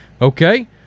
Okay